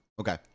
Okay